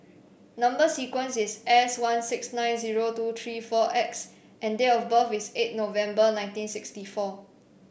number sequence is S one six nine zero two three four X and date of birth is eight November nineteen sixty four